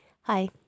hi